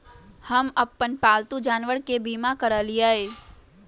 हम अप्पन पालतु जानवर के बीमा करअलिअई